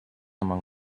among